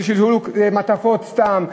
ששלשלו מעטפות סתם.